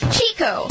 Chico